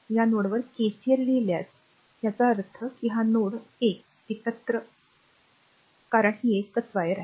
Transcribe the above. या नोडवर केसीएल लिहिल्यास आणि याचा अर्थ असा की हा बिंदू नोड 1 एकत्र आहे कारण ती एक वायर आहे